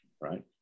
right